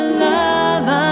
love